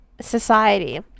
society